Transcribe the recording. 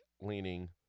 leaning